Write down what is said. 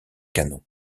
canon